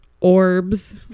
Orbs